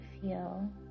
feel